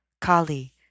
Kali